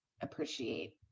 appreciate